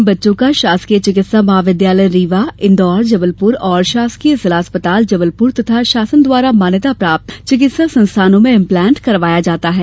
इन बच्चों का शासकीय चिकित्सा महाविदयालय रीवा इंदौर जबलप्र एवं शासकीय जिला अस्पताल जबलपुर तथा शासन द्वारा मान्यता प्राप्त चिकित्सा संस्थानों में इम्प्लांट करवाया जाता है